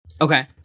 Okay